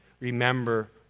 remember